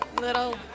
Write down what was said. little